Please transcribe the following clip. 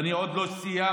ואני עוד לא סיימתי.